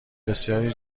بسیاری